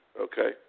okay